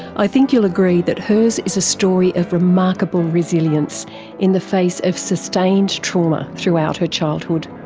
i think you'll agree that hers is a story of remarkable resilience in the face of sustained trauma throughout her childhood.